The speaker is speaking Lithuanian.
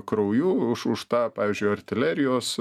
krauju už už tą pavyzdžiui artilerijos